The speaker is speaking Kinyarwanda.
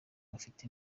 bafite